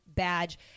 badge